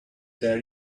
there